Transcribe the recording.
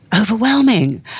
overwhelming